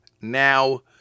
now